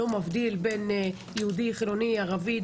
הוא לא מבדיל בין יהודי, חילוני, ערבי.